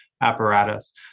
apparatus